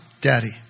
daddy